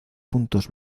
puntos